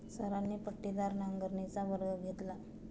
सरांनी पट्टीदार नांगरणीचा वर्ग घेतला